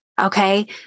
okay